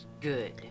Good